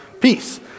peace